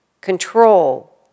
control